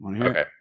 Okay